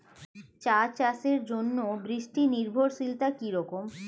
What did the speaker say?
চা চাষের জন্য বৃষ্টি নির্ভরশীলতা কী রকম?